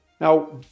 Now